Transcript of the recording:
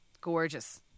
Gorgeous